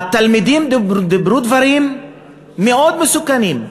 התלמידים דיברו דברים מאוד מסוכנים,